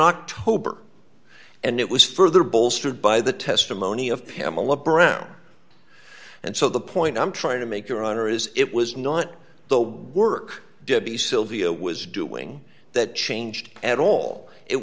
october and it was further bolstered by the testimony of pamela brown and so the point i'm trying to make your honor is it was not the work debbie sylvia was doing that changed at all it